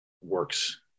works